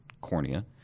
cornea